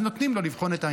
נותנים לו לבחון את העניין.